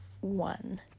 one